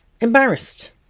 embarrassed